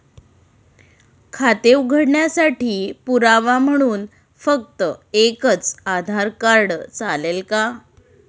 खाते उघडण्यासाठी पुरावा म्हणून फक्त एकच आधार कार्ड चालेल का?